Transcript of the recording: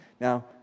Now